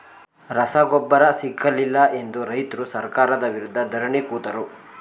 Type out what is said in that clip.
ರಸಗೊಬ್ಬರ ಸಿಕ್ಕಲಿಲ್ಲ ಎಂದು ರೈತ್ರು ಸರ್ಕಾರದ ವಿರುದ್ಧ ಧರಣಿ ಕೂತರು